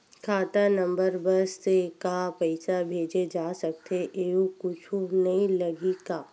खाता नंबर बस से का पईसा भेजे जा सकथे एयू कुछ नई लगही का?